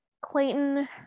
Clayton